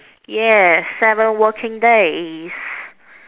yeah seven working days